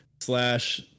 slash